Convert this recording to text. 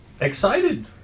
excited